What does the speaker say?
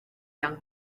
young